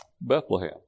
Bethlehem